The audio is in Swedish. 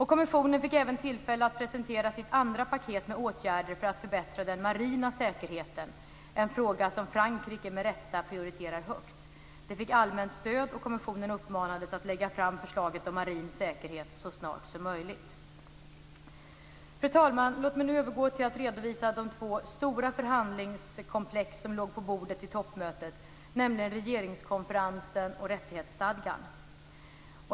Kommissionen fick även tillfälle att presentera sitt andra paket med åtgärder för att förbättra den marina säkerheten, en fråga Frankrike med rätta prioriterar högt. Detta fick allmänt stöd, och kommissionen uppmanades att lägga fram förslaget om marin säkerhet så snart som möjligt. Fru talman! Låt mig nu övergå till att redovisa de två stora förhandlingskomplex som låg på bordet vid toppmötet, nämligen regeringskonferensen och rättighetsstadgan.